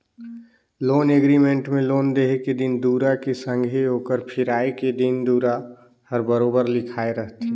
loan agreement में loan देहे के दिन दुरा के संघे ओकर फिराए के दिन दुरा हर बरोबेर लिखाए रहथे